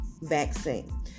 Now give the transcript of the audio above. vaccine